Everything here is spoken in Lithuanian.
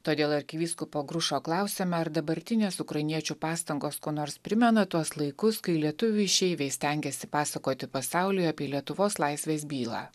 todėl arkivyskupo grušo klausiame ar dabartinės ukrainiečių pastangos kuo nors primena tuos laikus kai lietuvių išeiviai stengėsi pasakoti pasauliui apie lietuvos laisvės bylą